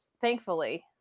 thankfully